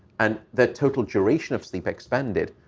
and the total duration of sleep expended.